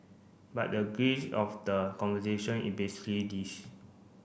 but the gist of the conversation it is this